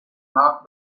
marked